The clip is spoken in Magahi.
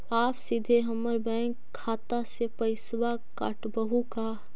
आप सीधे हमर बैंक खाता से पैसवा काटवहु का?